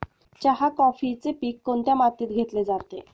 चहा, कॉफीचे पीक कोणत्या मातीत घेतले जाते?